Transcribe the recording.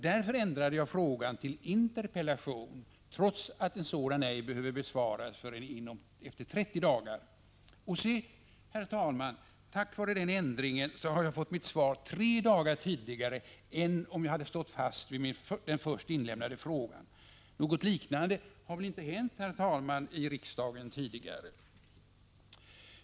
Därför ändrade jag frågan till en interpellation, trots att en sådan ej behöver besvaras förrän efter 30 dagar. Och se, herr talman, tack vare den ändringen har jag fått mitt svar tre dagar tidigare än om jag hade stått fast vid den först inlämnade frågan. Något liknande har väl inte hänt förut i riksdagen.